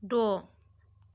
द'